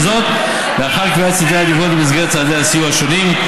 וזאת לאחר קביעת סדרי עדיפויות במסגרת צעדי הסיוע השונים.